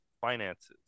finances